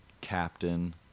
Captain